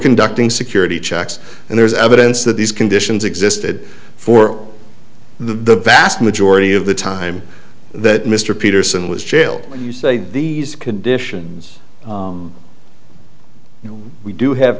conducting security checks and there's evidence that these conditions existed for the vast majority of the time that mr peterson was jailed and you say these conditions we do have